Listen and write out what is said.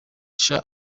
sha